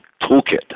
Toolkit